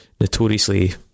notoriously